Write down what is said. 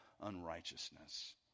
unrighteousness